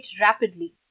rapidly